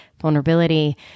vulnerability